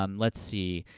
um let's see,